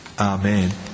Amen